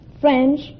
French